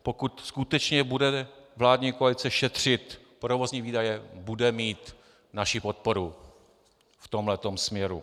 Pokud skutečně bude vládní koalice šetřit provozní výdaje, bude mít naši podporu v tomhle tom směru.